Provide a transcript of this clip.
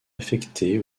affectée